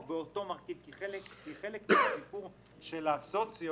חלק מהסיפור של הסוציו